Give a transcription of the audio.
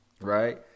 Right